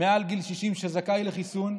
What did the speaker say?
מעל גיל 60 שזכאי לחיסון,